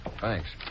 thanks